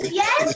yes